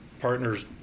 partner's